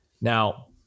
Now